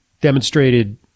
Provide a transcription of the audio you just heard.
demonstrated